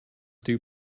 dew